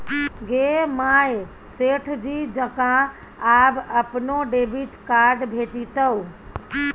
गे माय सेठ जी जकां आब अपनो डेबिट कार्ड भेटितौ